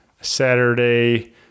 Saturday